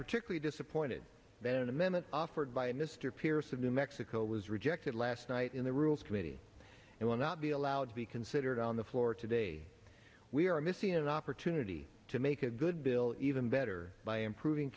particularly disappointed then the minute offered by mr pearce of new mexico was rejected last night in the rules committee and will not be allowed to be considered on the floor today we are missing an opportunity to make a good bill even better by improving